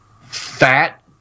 Fat